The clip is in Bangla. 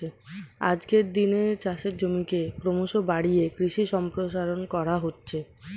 আজকের দিনে চাষের জমিকে ক্রমশ বাড়িয়ে কৃষি সম্প্রসারণ করা হচ্ছে